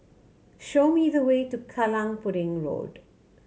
show me the way to Kallang Pudding Road